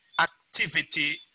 activity